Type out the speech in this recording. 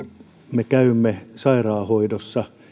me käymme sairaanhoidossa